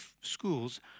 schools